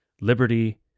Liberty